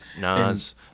Nas